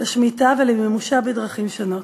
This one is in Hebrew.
לשמיטה ולמימושה בדרכים שונות.